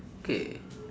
okay